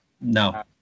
no